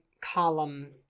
column